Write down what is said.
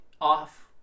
off